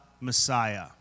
Messiah